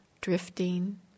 drifting